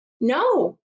no